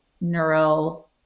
neural